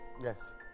Yes